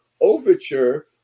overture